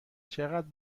چقدر